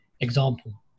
example